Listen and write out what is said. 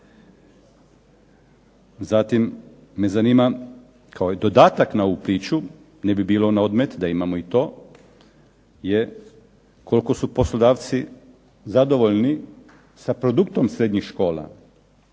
Zatim me zanima kao dodatak na ovu priču, ne bi bilo na odmet da imamo i to je koliko su poslodavci zadovoljni sa produktom srednjih škola,